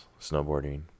snowboarding